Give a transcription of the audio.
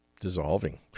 dissolving